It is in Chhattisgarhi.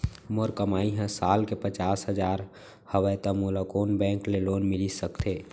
मोर कमाई ह साल के पचास हजार हवय त मोला कोन बैंक के लोन मिलिस सकथे?